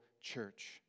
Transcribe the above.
church